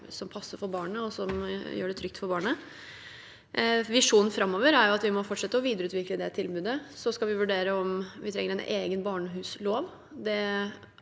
som passer for barnet og gjør det trygt for barnet. Visjonen framover er at vi må fortsette å videreutvikle det tilbudet. Vi skal vurdere om vi trenger en egen barnehuslov.